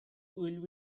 will